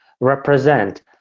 represent